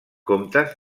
comptes